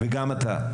וגם אתה.